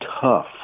tough